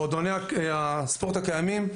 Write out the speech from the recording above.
מועדוני הספורט הקיימים,